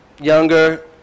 Younger